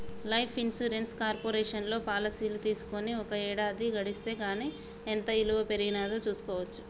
life insurance కార్పొరేషన్లో పాలసీలు తీసుకొని ఒక ఏడాది గడిస్తే గానీ ఎంత ఇలువ పెరిగినాదో చూస్కోవచ్చు